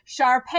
Sharpay